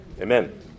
Amen